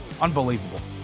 Unbelievable